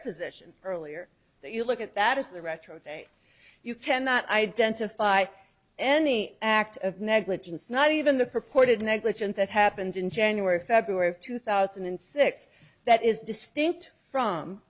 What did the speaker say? position earlier that you look at that is the retro day you cannot identify any act of negligence not even the purported negligent that happened in january february of two thousand and six that is distinct from